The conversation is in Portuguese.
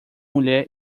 mulher